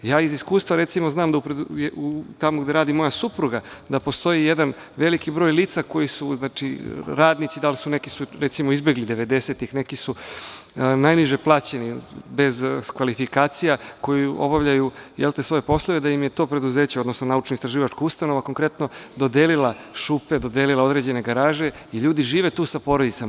Iz iskustva, recimo, znam da tamo gde radi moja supruga, da postoji veliki broj lica, koji su radnici, neki su recimo izbegli devedesetih, neki su najniže plaćeni bez kvalifikacija koji obavljaju svoje poslove, da im je to preduzeće, odnosno naučno-istraživačka ustanova, konkretno, dodelila šupe, dodelila određene garaže i ljudi žive tu sa porodicama.